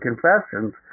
confessions